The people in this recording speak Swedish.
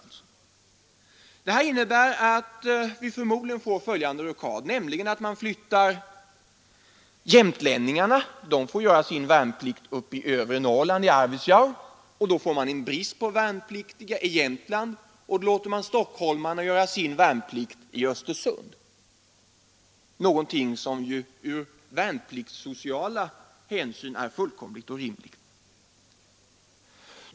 Och detta innebär att vi förmodligen får följande rockad: jämtlänningarna får göra sin värnplikt i övre Norrland, i Arvidsjaur, och då får man en brist på värnpliktiga i Jämtland. Därför låter man stockholmarna göra sin värnplikt i Östersund. Allt detta är ur värnpliktssocial synpunkt fullkomligt orimligt.